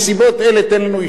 תן לנו אישור פרסום.